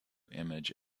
image